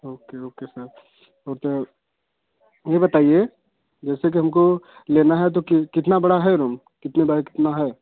okay okay sir वह तो यह बताइए जैसे कि हमको लेना है तो कितना बड़ा है रूम कितने बाई कितना है